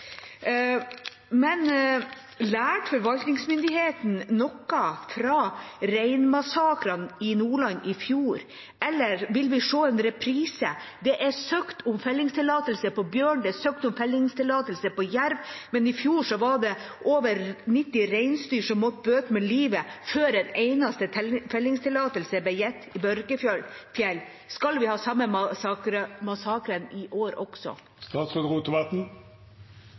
noe etter reinmassakren i Nordland i fjor, eller vil vi se en reprise? Det er søkt om fellingstillatelse på bjørn, det er søkt om fellingstillatelse på jerv, men i fjor var det over 90 reinsdyr som måtte bøte med livet før en eneste fellingstillatelse ble gitt i Børgefjell. Skal vi ha samme massakren i år også?